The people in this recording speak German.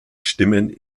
stimmen